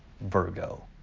Virgo